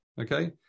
Okay